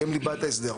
כי הם ליבת ההסדר.